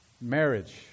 marriage